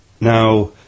Now